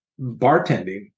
bartending